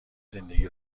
زندگی